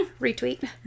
retweet